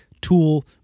Tool